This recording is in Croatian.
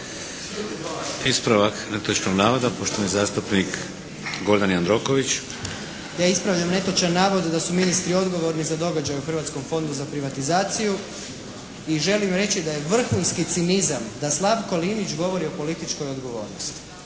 ispravljam netočan navod da su ministri odgovorni za događaj u Hrvatskom fondu za privatizaciju i želim reći da je vrhunski cinizam da Slavko Linić govori o političkoj odgovornosti.